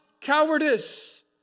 cowardice